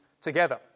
together